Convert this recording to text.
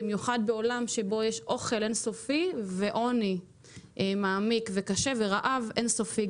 במיוחד בעולם שבו יש אוכל אין-סופי ועוני מעמיק וקשה ורעב אין-סופי,